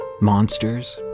Monsters